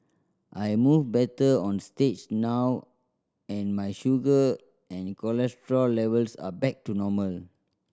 I move better on stage now and my sugar and cholesterol levels are back to normal